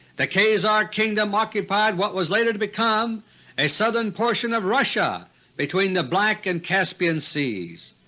the khazar kingdom occupied what was later to become a southern portion of russia between the black and caspian seas.